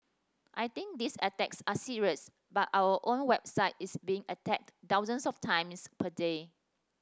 I think these attacks are serious but our own website is being attacked thousands of times per day